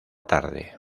tarde